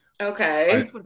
okay